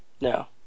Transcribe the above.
No